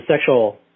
sexual